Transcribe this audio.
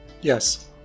Yes